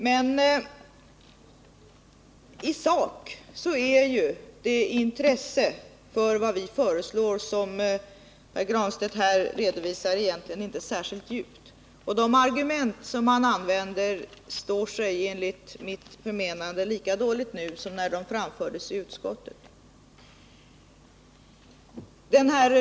Men i sak är det intresse för vad vi föreslår som Pär Granstedt redovisar egentligen inte särskilt djupt. De argument han använder står sig enligt mitt förmenande lika dåligt nu som när de framfördes i utskottet.